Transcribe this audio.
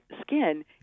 skin